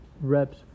reps